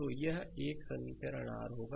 तो यह एक समीकरण r होगा